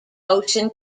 ocean